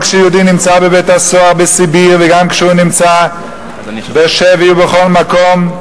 גם כשיהודי נמצא בבית-הסוהר בסיביר וגם כשהוא נמצא בשבי ובכל מקום,